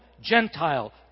Gentile